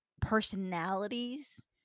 personalities